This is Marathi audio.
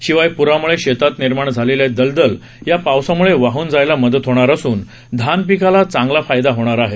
शिवाय पुरामुळे शेतात निर्माण झालेली दलदल या पावसामुळे वाहून जायला मदत होणार असून धान पिकाला चांगला फायदा होणार आहे